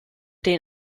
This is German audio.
den